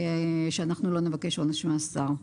שלא נבקש עונש מאסר.